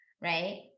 right